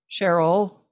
Cheryl